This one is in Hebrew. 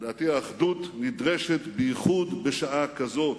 לדעתי האחדות נדרשת בייחוד בשעה כזאת.